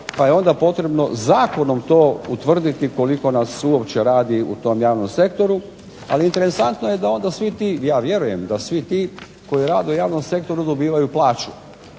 pa je onda potrebno zakonom to utvrditi koliko nas uopće radi u tom javnom sektoru, ali interesantno je da onda svi ti, ja vjerujem da svi ti koji rade u javnom sektoru dobivaju plaću,